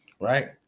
right